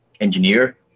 engineer